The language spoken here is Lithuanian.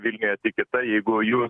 vilniuje kita jeigu jų